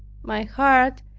my heart,